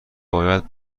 باید